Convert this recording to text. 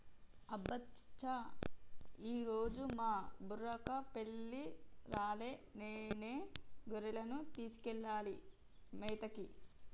అబ్బ చా ఈరోజు మా బుర్రకపల్లి రాలే నేనే గొర్రెలను తీసుకెళ్లాలి మేతకి